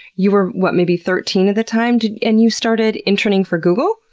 you were what, maybe thirteen at the time, and you started interning for google?